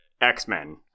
X-Men